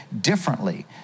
differently